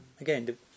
Again